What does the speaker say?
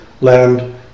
land